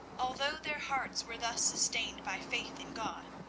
although their hearts were thus sustained by faith in god,